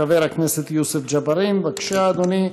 חבר הכנסת יוסף ג'בארין, בבקשה, אדוני,